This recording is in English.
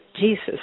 Jesus